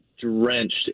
drenched